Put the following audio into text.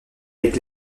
avec